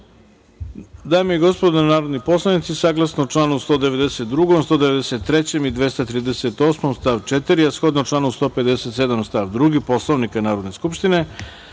i gospodo narodni poslanici, saglasno članu 192, 193. i 238. stav 4, a shodno članu 157. stav 2. Poslovnika Narodne skupštine,